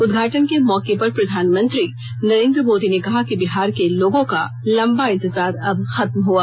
उदघाटन के मौके पर प्रधानमंत्री नरेंद्र मोदी ने कहा कि बिहार के लोगों का लंबा इंतजार अब खत्म हुआ